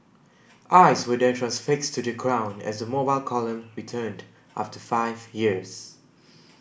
eyes were then transfixed to the ground as the Mobile Column returned after five years